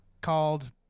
Called